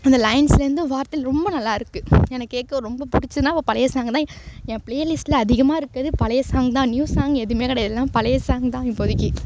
அந்த லைன்ஸில் இருந்து வார்த்தை ரொம்ப நல்லாருக்குது எனக்கு கேட்க ரொம்ப பிடிச்சதுனா இப்போ பழையை சாங் தான் என் ப்ளே லிஸ்ட்டில் அதிகமாக இருக்குது பழையை சாங் தான் நியூ சாங் எதுவுமே கிடையாது எல்லாம் பழையை சாங் தான் இப்போதைக்கு